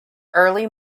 early